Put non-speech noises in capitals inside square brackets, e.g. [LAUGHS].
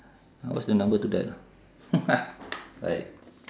what's the number to dial [LAUGHS] right